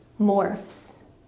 morphs